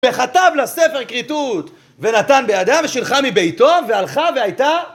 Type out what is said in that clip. וחטב לספר כריתות ונתן בידיה ושילחה מביתו והלכה והייתה